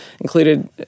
included